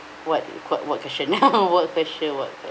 what what what question now what question what